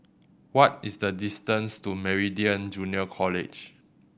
what is the distance to Meridian Junior College